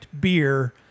beer